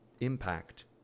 impact